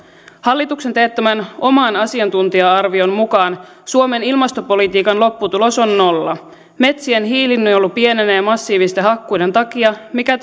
hallituksen teettämän oman asiantuntija arvion mukaan suomen ilmastopolitiikan lopputulos on nolla metsien hiilinielu pienenee massiivisten hakkuiden takia mikä